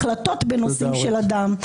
החלטות בנושאים של אדם.